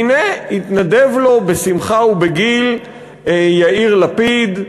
והנה, התנדב לו בשמחה ובגיל יאיר לפיד,